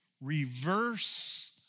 reverse